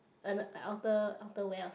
uh like outer~ outerwear or something